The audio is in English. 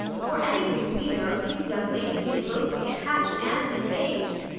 for anything we know, these young ladies may both be attached and engaged.